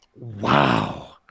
Wow